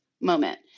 moment